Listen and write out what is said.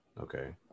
okay